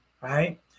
right